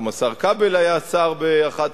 גם השר כבל היה שר באחת